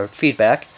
feedback